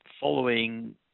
following